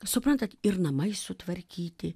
suprantat ir namai sutvarkyti